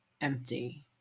empty